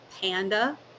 panda